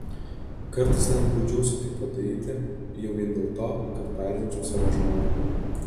kartais net baudžiuosi tai padaryti jau vien dėl to kad paerzinčiau savo žmoną